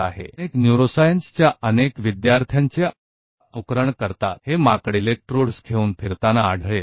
बहुत सारे न्यूरोसाइंस के छात्रों को यह बंदर इलेक्ट्रोड के साथ घूमते मिल जाएंगे